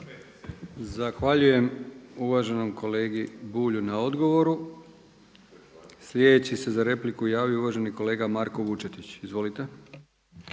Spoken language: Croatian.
Zahvaljujem uvaženom kolegi Bulju na odgovoru. Sljedeći se za repliku javio uvaženi kolega Marko Vučetić, izvolite.